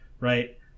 right